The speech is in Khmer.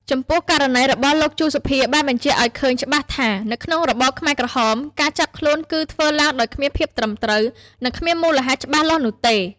ចំពោះ ករណីរបស់លោក ជូ សូភា បានបញ្ជាក់ឱ្យឃើញច្បាស់ថា នៅក្នុងរបបខ្មែរក្រហមការចាប់ខ្លួនគឺធ្វើឡើងដោយគ្មានភាពត្រឹមត្រូវ និងគ្មានមូលហេតុច្បាស់លាស់នោះទេ។